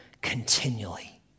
continually